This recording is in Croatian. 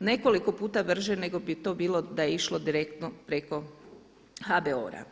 nekoliko puta brže nego bi to bilo da je išlo direktno preko HBOR-a.